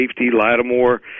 Lattimore